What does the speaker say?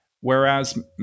Whereas